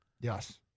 Yes